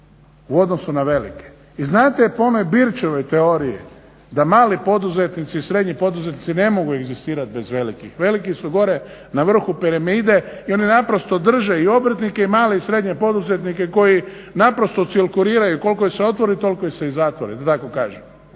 u odnosu na velike? I znate po onoj Birčevoj teoriji da mali poduzetnici i srednji poduzetnici ne mogu egzistirati bez velikih, veliki su gore na vrhu piramide i oni naprosto drže i obrtnike i male i srednje poduzetnike koji naprosto cirkuliraju. Koliko ih se otvori, toliko ih se i zatvori da tako kažem.